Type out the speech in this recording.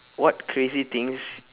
what crazy things